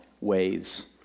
ways